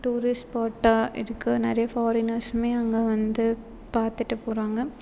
tourist ஸ்பாட்டாக இருக்குது நிறைய ஃபாரினர்ஸும் அங்கே வந்து பார்த்துட்டு போகிறாங்க